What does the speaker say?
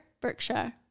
Berkshire